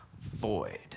void